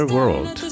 World